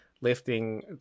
lifting